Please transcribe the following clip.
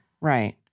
Right